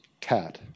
cat